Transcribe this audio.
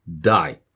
die